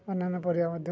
ଅନ୍ୟାନ୍ୟ ପରିବା ମଧ୍ୟ